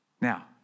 Now